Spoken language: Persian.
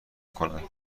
کنند